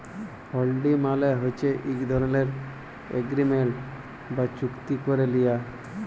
হুল্ডি মালে হছে ইক ধরলের এগ্রিমেল্ট বা চুক্তি ক্যারে লিয়া